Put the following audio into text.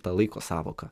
tą laiko sąvoką